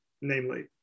namely